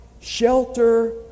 shelter